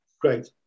Great